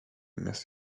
miss